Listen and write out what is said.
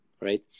right